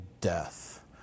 death